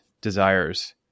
desires